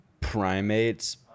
primates